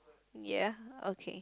ya okay